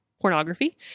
pornography